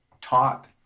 taught